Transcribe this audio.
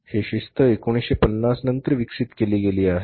ही शिस्त 1950 नंतर विकसित केली गेली आहे